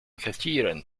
كثيرًا